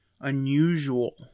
unusual